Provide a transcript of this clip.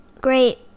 great